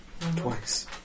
Twice